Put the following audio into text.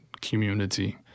community